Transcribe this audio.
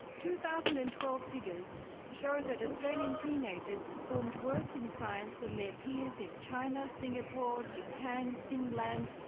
two thousand and twelve figures show that australian teenagers performed worse in science than their peers in china, singapore, japan, finland,